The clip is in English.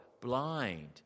blind